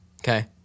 Okay